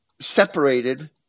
separated